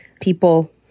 people